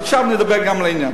ועכשיו נדבר גם לעניין.